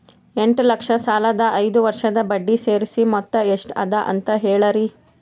ಎಂಟ ಲಕ್ಷ ಸಾಲದ ಐದು ವರ್ಷದ ಬಡ್ಡಿ ಸೇರಿಸಿ ಮೊತ್ತ ಎಷ್ಟ ಅದ ಅಂತ ಹೇಳರಿ?